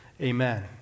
Amen